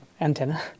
Antenna